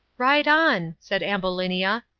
ride on, said ambulinia,